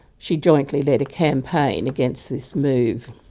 she jointly led a campaign against this move.